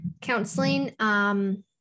counseling